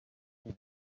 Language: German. die